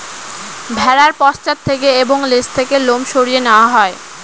ভেড়ার পশ্চাৎ থেকে এবং লেজ থেকে লোম সরিয়ে নেওয়া হয়